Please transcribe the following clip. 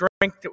drink